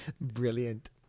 Brilliant